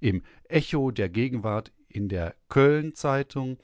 im echo der gegenw in der köln ztg